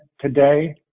today